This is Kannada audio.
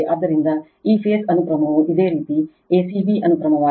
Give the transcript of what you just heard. ಆದ್ದರಿಂದ ಈ ಫೇಸ್ಅನುಕ್ರಮವು ಇದೇ ರೀತಿ a c b ಅನುಕ್ರಮವಾಗಿದೆ